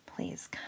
Please